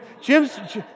Jim's